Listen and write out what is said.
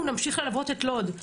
אנחנו נמשיך ללוות את לוד.